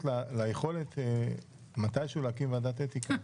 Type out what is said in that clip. ליכולת להקים מתי שהוא ועדת אתיקה.